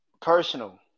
personal